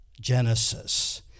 Genesis